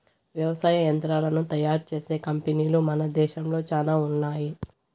వ్యవసాయ యంత్రాలను తయారు చేసే కంపెనీలు మన దేశంలో చానా ఉన్నాయి